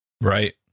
Right